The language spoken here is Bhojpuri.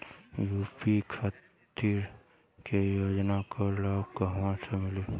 यू.पी खातिर के योजना के लाभ कहवा से मिली?